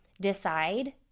decide